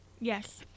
Yes